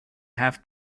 half